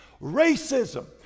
racism